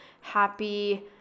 happy